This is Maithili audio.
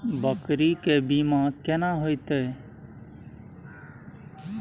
बकरी के बीमा केना होइते?